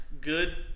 Good